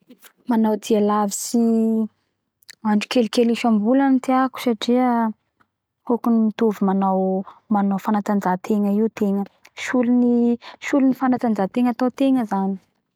Manao dia lavitsy andro kelikely isambola tiako satria hokany mitovy manao manao fanatanjahategna io tegna solony solo ny fanatanjahategna atao tegna zany